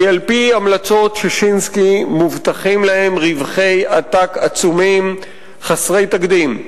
כי על-פי המלצות ששינסקי מובטחים להם רווחי עתק עצומים חסרי תקדים.